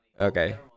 Okay